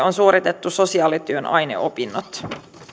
on suoritettu sosiaalityön aineopinnot